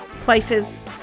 Places